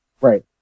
right